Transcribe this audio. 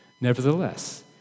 Nevertheless